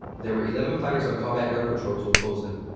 there were eleven fighters on combat air patrol to oppose them.